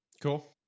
Cool